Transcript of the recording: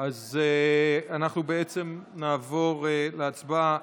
אז אנחנו בעצם נעבור להצבעה.